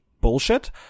bullshit